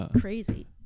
crazy